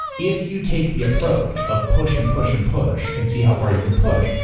if you take the approach of push and push and push and see how far you can push.